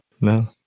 no